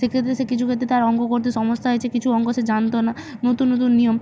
সেক্ষেত্রে সে কিছু ক্ষেত্রে তার অঙ্ক করতে সমস্যা হয়েছে কিছু অঙ্ক সে জানত না নতুন নতুন নিয়ম